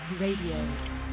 Radio